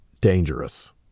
dangerous